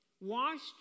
washed